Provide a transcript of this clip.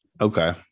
Okay